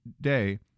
day